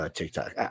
TikTok